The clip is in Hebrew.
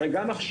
הרי גם עכשיו,